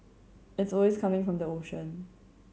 it's always coming from the ocean